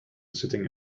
sitting